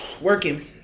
Working